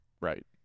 Right